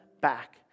back